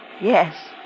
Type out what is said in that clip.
Yes